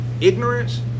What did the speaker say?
ignorance